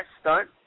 stunt